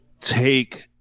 take